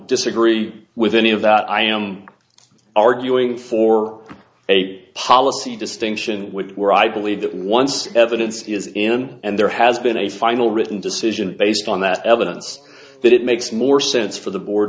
disagree with any of that i am arguing for a policy distinction with where i believe that once evidence is in and there has been a final written decision based on that evidence that it makes more sense for the board